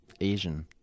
Asian